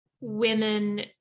women